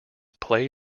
play